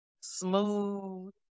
smooth